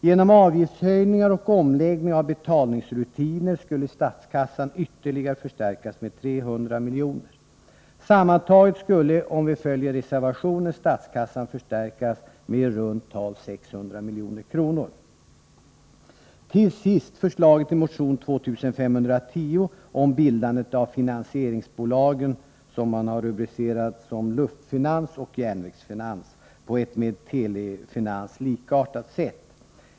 Genom avgiftshöjningar och omläggning av betalningsrutiner skulle statskassan ytterligare förstärkas med 300 milj.kr. Sammantaget skulle, om vi följer reservationen, statskassan förstärkas med i runt tal 600 milj.kr. Till sist förslaget i motion 2510 om bildandet av finansieringsbolag, som man har rubricerat som Luftfinans och Järnvägsfinans, på ett med Telefinans likartat sätt.